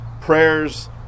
prayers